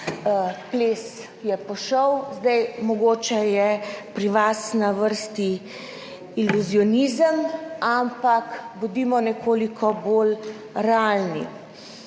ples je pošel. Zdaj, mogoče je pri vas na vrsti iluzionizem, ampak bodimo nekoliko bolj realni.